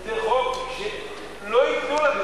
זה חוק, לא ייתנו לכם.